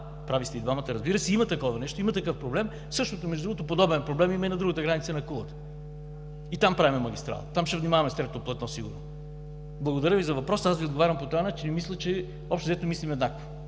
Прави сте и двамата, разбира се. Има такова нещо, има такъв проблем. Между другото, подобен проблем има и на другата граница – на Кулата. И там правим магистрала. Там ще внимаваме с третото платно сигурно. Благодаря Ви за въпроса. Отговарям Ви по този начин и мисля, че общо взето мислим еднакво.